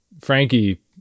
Frankie